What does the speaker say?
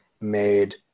made